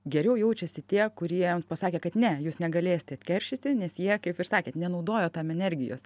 geriau jaučiasi tie kurie pasakė kad ne jūs negalėsit atkeršyti nes jie kaip ir sakėt nenaudojo tam energijos